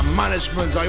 management